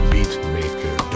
Beatmaker